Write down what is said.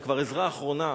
זה כבר עזרה אחרונה,